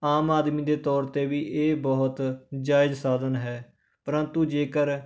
ਆਮ ਆਦਮੀ ਦੇ ਤੌਰ 'ਤੇ ਵੀ ਇਹ ਬਹੁਤ ਜਾਇਜ਼ ਸਾਧਨ ਹੈ ਪਰੰਤੂ ਜੇਕਰ